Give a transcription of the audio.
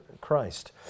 Christ